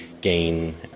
gain